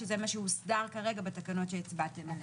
שזה מה שהוסדר כרגע בתקנות שהצבעתם עליהם.